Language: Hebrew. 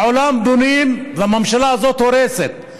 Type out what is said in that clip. בעולם בונים והממשלה הזאת הורסת,